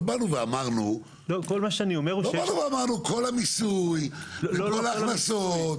לא באנו ודיברנו על כל הסכום של המיסוי ועל כל ההכנסות.